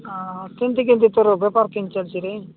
ଆଉ କେମିତି କେମିତି ତୋର ବେପାର କେମିତି ଚାଲଛିରେ